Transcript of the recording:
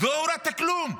אז לא הורדת כלום,